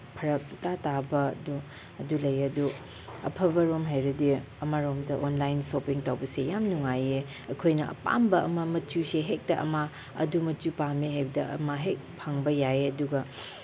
ꯐꯔꯛ ꯏꯇꯥ ꯇꯥꯕꯗꯨ ꯑꯗꯨ ꯂꯩꯌꯦ ꯑꯗꯨ ꯑꯐꯕꯔꯣꯝ ꯍꯥꯏꯔꯗꯤ ꯑꯃꯔꯣꯝꯗ ꯑꯣꯟꯂꯥꯏꯟ ꯁꯣꯄꯤꯡ ꯇꯧꯕꯁꯤ ꯌꯥꯝ ꯅꯨꯡꯉꯥꯏꯌꯦ ꯑꯩꯈꯣꯏꯅ ꯑꯄꯥꯝꯕ ꯑꯃ ꯃꯆꯨꯁꯦ ꯍꯦꯛꯇ ꯑꯃ ꯑꯗꯨ ꯃꯆꯨ ꯄꯥꯝꯃꯦ ꯍꯥꯏꯕꯗ ꯑꯃ ꯍꯦꯛ ꯐꯪꯕ ꯌꯥꯏꯌꯦ ꯑꯗꯨꯒ